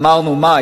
אמרנו: מה,